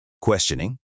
questioning